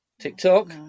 TikTok